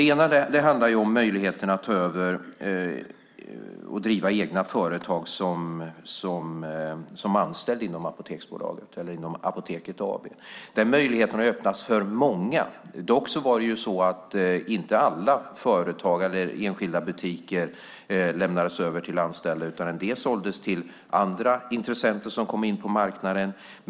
Det handlar om möjligheten att ta över och driva egna företag som anställd i Apoteket AB. Den möjligheten har öppnats för många. Inte alla enskilda butiker lämnades över till anställda utan butiker lämnades till andra intressenter som kom in på marknaden.